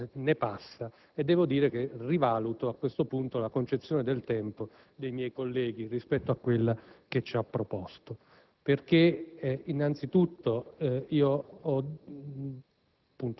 ne passa e devo dire che rivaluto a questo punto la concezione del tempo dei miei colleghi rispetto a quella che ci ha proposto. Questo perché innanzitutto, il 25